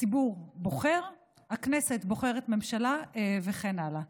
הציבור בוחר, הכנסת בוחרת ממשלה וכן הלאה.